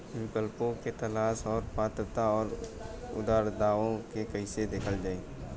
विकल्पों के तलाश और पात्रता और अउरदावों के कइसे देखल जाइ?